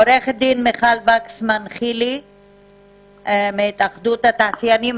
עורכת-הדין מיכל וקסמן-חילי מהתאחדות התעשיינים.